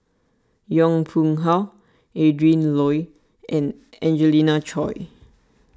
Yong Pung How Adrin Loi and Angelina Choy